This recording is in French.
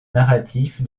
narratif